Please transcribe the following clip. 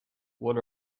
what